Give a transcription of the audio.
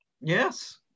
Yes